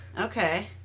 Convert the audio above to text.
Okay